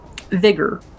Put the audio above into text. Vigor